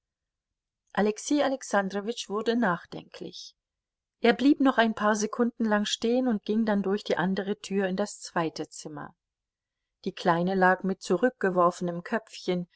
alexei alexandrowitsch wurde nachdenklich er blieb noch ein paar sekunden lang stehen und ging dann durch die andere tür in das zweite zimmer die kleine lag mit zurückgeworfenem köpfchen